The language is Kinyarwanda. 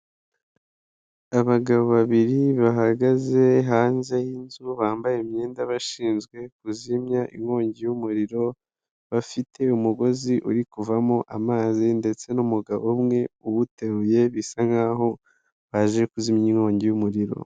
Abagabo babiri bahagaze hanze y'inzu bambaye imyenda bashinzwe kuzimya inkongi y'umuriro bafite umugozi uri kuvamo amazi ndetse n'umugabo umwe uwuteruye bisa nkaho baje kuzimya inkongi y'umuriro.